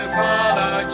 follow